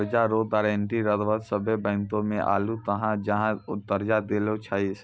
कर्जा रो गारंटी लगभग सभ्भे बैंको मे आरू जहाँ कर्जा देलो जाय छै